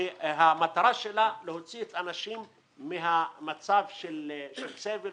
שהמטרה שלה היא להוציא את האנשים ממצב של סבל,